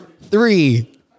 three